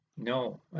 No